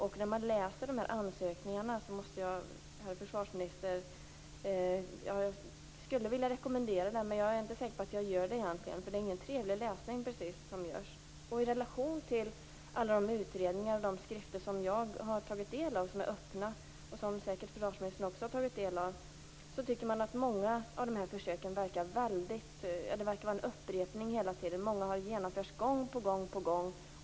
Egentligen skulle jag vilja rekommendera försvarsministern att läsa de här ansökningarna men jag är inte så säker på att jag skall göra det, för det är ingen trevlig läsning precis. I relation till alla utredningar och skrifter som jag har tagit del av - dessa är öppna och försvarsministern har säkert också tagit del av dem - anses många av försöken vara en upprepning. Många har genomförts gång på gång.